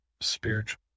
spiritual